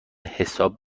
حساب